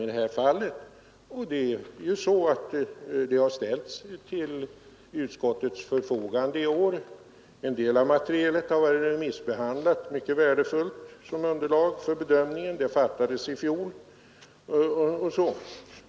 I år har det också till utskottets förfogande och därigenom blivit sä skilt värdefullt men också underlättat bedöm ningen. Det saknades i fjol.